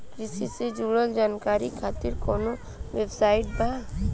कृषि से जुड़ल जानकारी खातिर कोवन वेबसाइट बा?